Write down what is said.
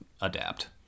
adapt